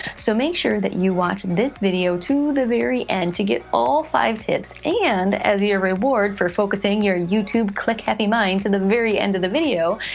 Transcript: so, make sure that you watch this video to the very end to get all five tips, and as your reward for focusing your and youtube click-happy mind to the very end of the video,